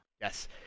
Yes